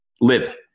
live